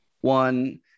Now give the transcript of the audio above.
one